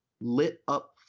lit-up